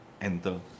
enter